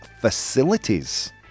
facilities